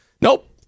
Nope